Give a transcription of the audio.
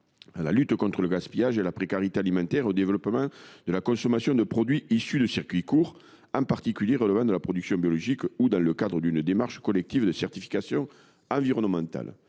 la lutte contre le gaspillage et la précarité alimentaire, ainsi qu’au développement de la consommation de produits issus de circuits courts, qui relèvent souvent de productions biologiques ou d’une démarche collective de certification environnementale.